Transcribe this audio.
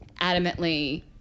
adamantly